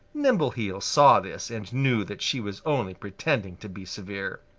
nimbleheels saw this and knew that she was only pretending to be severe.